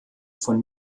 von